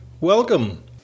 welcome